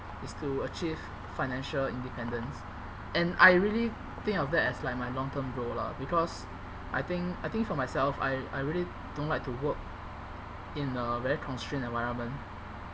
is to achieve financial independence and I really think of that as like my long term goal lah because I think I think for myself I I really don't like to work in a very constrained environment